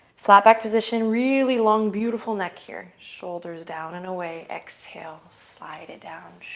flat back position, really long beautiful neck here. shoulders down and away, exhale. slide it down.